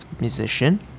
musician